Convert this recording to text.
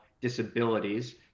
disabilities